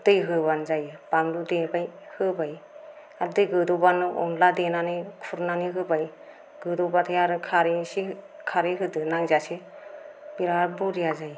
दै होबानो जायो बानलु देबाय होबाय आर दै गोदौबानो अनला देनानै खुरनानै होबाय गोदौबाथाय आरो खरै एसे खरै होदो नांजासे बिरात बरिया जायो